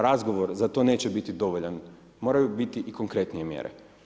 Razgovor za to neće biti dovoljan, moraju biti i konkretnije mjere.